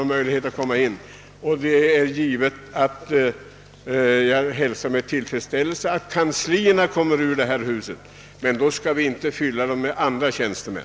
Jag hälsar givetvis med tillfredsställelse att partikanslierna i största möjliga utsträckning kommer ur detta hus, men då skall inte rummen fyllas med andra tjänstemän.